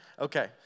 Okay